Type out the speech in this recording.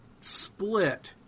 split